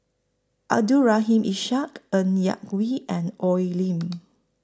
Abdul Rahim Ishak Ng Yak Whee and Oi Lin